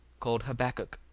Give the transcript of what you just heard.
called habbacuc,